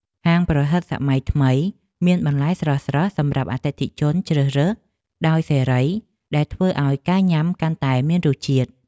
ហាងប្រហិតសម័យថ្មីមានបន្លែស្រស់ៗសម្រាប់អតិថិជនជ្រើសរើសដោយសេរីដែលធ្វើឱ្យការញ៉ាំកាន់តែមានរសជាតិ។